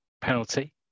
penalty